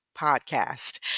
podcast